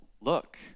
look